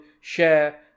share